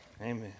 Amen